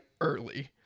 early